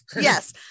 Yes